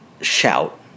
shout